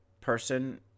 person